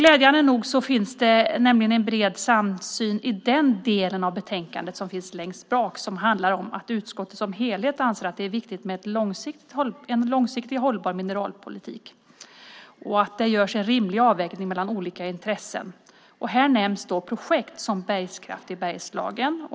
Glädjande nog finns det en bred samsyn i betänkandet, längst bak där det handlar om att utskottet som helhet anser att det är viktigt med en långsiktigt hållbar mineralpolitik och att det görs en rimlig avvägning mellan olika intressen. Här nämns projektet Bergskraft Bergslagen.